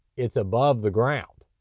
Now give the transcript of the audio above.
it's above the ground.